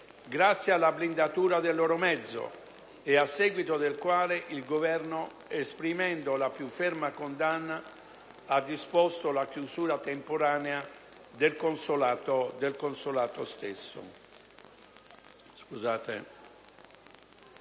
grazie alla blindatura del loro mezzo, e a seguito del quale il Governo, esprimendo la più ferma condanna, ha disposto la chiusura temporanea del consolato stesso.